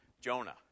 Jonah